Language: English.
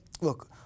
Look